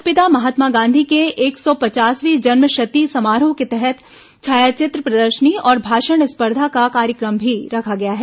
राष्ट्रपिता महात्मा गांधी की एक सौ पचासवीं जन्मशती समारोह के तहत छायाचित्र प्रदर्शनी और भाषण स्पर्धा का कार्यक्रम भी रखा गया है